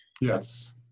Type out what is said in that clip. yes